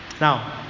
Now